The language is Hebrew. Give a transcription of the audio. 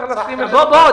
הבעיה.